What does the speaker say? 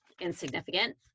insignificant